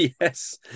yes